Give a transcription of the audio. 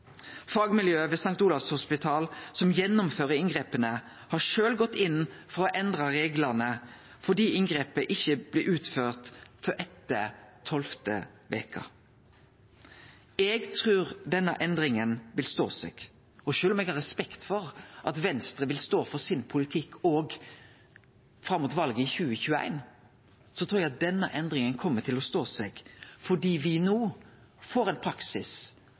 Fagmiljøet ved St. Olavs hospital, som gjennomfører inngrepa, har sjølv gått inn for å endre reglane fordi inngrepet ikkje blir utført før etter tolvte veke. Eg trur denne endringa vil stå seg. Sjølv om eg har respekt for at Venstre vil stå for sin politikk òg fram mot valet i 2021, trur eg at denne endringa kjem til å stå seg, fordi me no får ein praksis